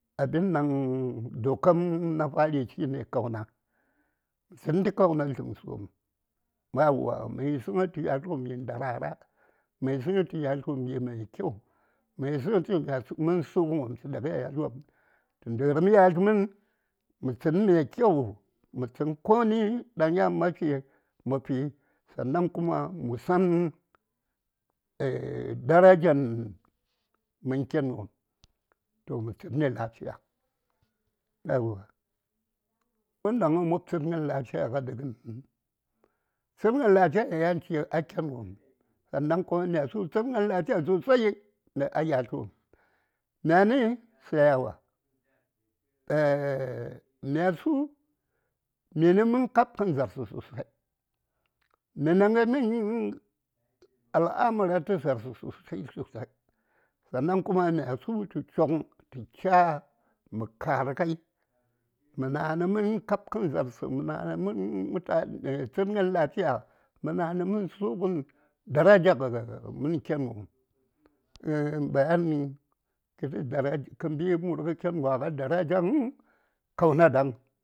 ﻿Abinnan doka na fari shine kauna tlən tə kauna dləŋsə wan yauwa mə yisəŋ tu lə:b wom yi ndarara mə yisən tu yatl wom chi mai kyau mə yisəŋ tu minə mən sugun wom tə daga yatl wopm tə ndərmi yatl mən mə tsən mai mə tsə koni ɗaŋ yan mafi mə fi sannaSn kuma musan darajan mən ken wom toh mə tsənni lafiya ŋənɗaŋ a mob tsəŋ gən lafiya ɗa a ɗəgən nəŋ tsəngən lafiya yan chi a ken wopm sannan kuma mya su tsəngən lafiya sosai a yatl wopm myani sayawa myasu su minə mən kabkən za:rsə sosai mi nə mən al amura tə za:rsə sosai sannan kuma myasu tu choŋ tə cha: mə kara ŋai mə na nə mən kab kən za:rsə mə na nə mən sugun tsəngən lafiyamə na ni sugən daraja mən ken wopm bayankə fi daraja mən ken kə mbi mən ken wan tə darajan kauna ɗaŋ.